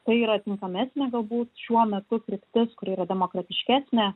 tai yra tinkamesnė galbūt šiuo metu kryptis kuri yra demokratiškesnė